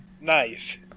Nice